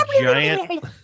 giant